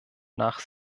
nach